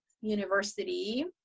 university